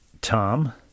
Tom